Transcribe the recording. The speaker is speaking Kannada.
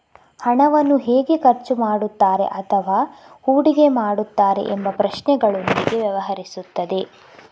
ಹಣವನ್ನು ಹೇಗೆ ಖರ್ಚು ಮಾಡುತ್ತಾರೆ ಅಥವಾ ಹೂಡಿಕೆ ಮಾಡುತ್ತಾರೆ ಎಂಬ ಪ್ರಶ್ನೆಗಳೊಂದಿಗೆ ವ್ಯವಹರಿಸುತ್ತದೆ